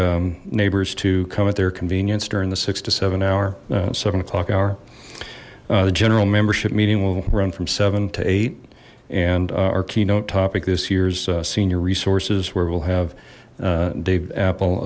d neighbors to come at their convenience during the six to seven hour seven o'clock hour the general membership meeting will run from seven to eight and our keynote topic this year's senior resources where we'll have david apple